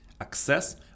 access